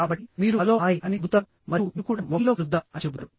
కాబట్టి మీరు hello hi అని చెబుతారు మరియు మీరు కూడా మొబైల్లో కలుద్దాం అని చెబుతారు